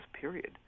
period